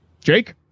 Jake